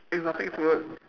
exotic food